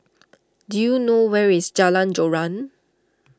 do you know where is Jalan Joran